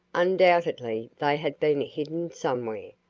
undoubtedly they had been hidden somewhere,